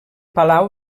palau